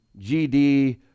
GD